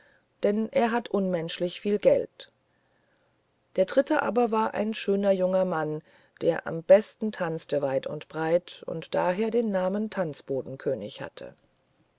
denn er hat unmenschlich viel geld der dritte aber war ein schöner junger mann der am besten tanzte weit und breit und daher den namen tanzbodenkönig hatte